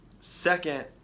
Second